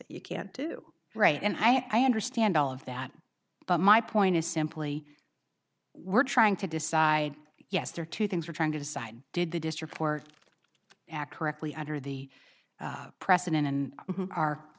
you can't do right and i understand all of that but my point is simply we're trying to decide yes there are two things we're trying to decide did the district court act correctly under the precedent and our